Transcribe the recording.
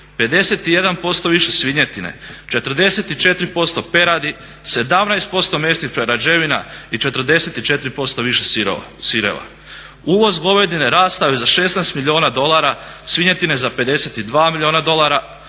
51% više svinjetine, 44% peradi, 17% mesnih prerađevina i 44% više sireva. Uvoz govedine rastao je za 16 milijuna dolara, svinjetine za 52 milijuna dolara,